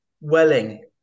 Welling